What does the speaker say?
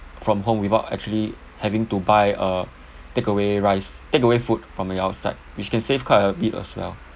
from home without actually having to buy uh takeaway rice takeaway food from the outside which can save quite a bit as well